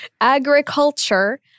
Agriculture